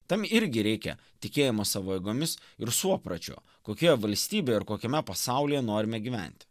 tam irgi reikia tikėjimo savo jėgomis ir suopračio kokioje valstybėje ir kokiame pasaulyje norime gyventi